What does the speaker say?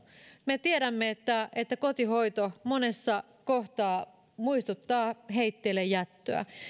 me tiedämme että että kotihoito monessa kohtaa muistuttaa heitteillejättöä